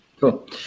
Cool